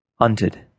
hunted